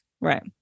right